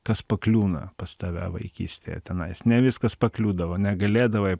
kas pakliūna pas tave vaikystėje tenais ne viskas pakliūdavo negalėdavai